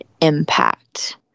impact